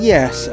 Yes